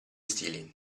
stili